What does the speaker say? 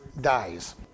dies